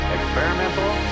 Experimental